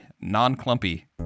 non-clumpy